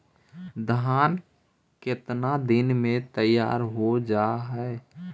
धान केतना दिन में तैयार हो जाय है?